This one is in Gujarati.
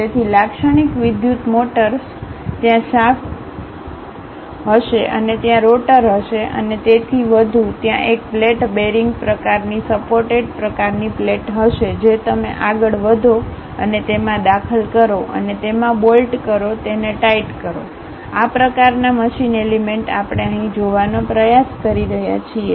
તેથી લાક્ષણિક વિદ્યુત મોટર્સ ત્યાં શાફ્ટ હશે અને ત્યાં રોટર હશે અને તેથી વધુ ત્યાં એક પ્લેટ બેરિંગ પ્રકારની સપોર્ટેડ પ્રકારની પ્લેટ હશે જે તમે આગળ વધો અને તેમાં દાખલ કરો અને તેમાં બોલ્ટ કરો તેને ટાઈટ કરો આ પ્રકારના મશીન એલિમેન્ટ આપણે અહીં જોવાનો પ્રયાસ કરી રહ્યા છીએ